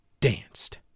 danced